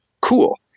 cool